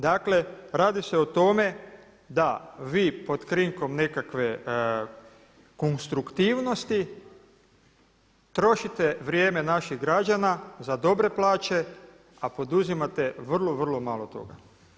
Dakle, radi se o tome da vi pod krinkom nekakve konstruktivnosti trošite vrijeme naših građana za dobre plaće, a poduzimate vrlo, vrlo malo toga.